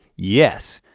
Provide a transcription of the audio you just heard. yes.